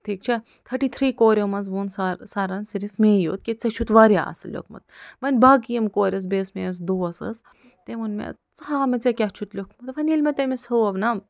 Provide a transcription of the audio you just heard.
ٹھیٖک چھا تھٔٹی تھری کورِیو منٛز ووٚن سا سرن صِرف مے یوت کہِ ژےٚ چھُتھ وارِیاہ اصٕل لیوٚکھمُت ونہِ باقی یِم کورِ ٲسۍ بیٚیہِ ٲس مےٚ ٲس دوس سۄ ٲس تٔمی ووٚن مےٚ ژٕ ہاو مےٚ ژےٚ کیٛاہ چھُتھ لیوٚکھمُت وَنہِ ییٚلہِ مےٚ تٔمِس ہٲو نا